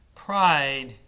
Pride